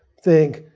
think.